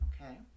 Okay